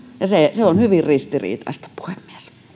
se se on hyvin ristiriitaista puhemies